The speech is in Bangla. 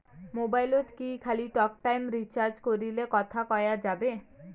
মোবাইলত কি খালি টকটাইম রিচার্জ করিলে কথা কয়া যাবে?